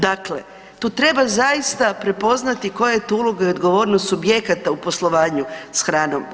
Dakle, tu treba zaista prepoznati koja je tu uloga i odgovornost subjekata u poslovanju s hranom.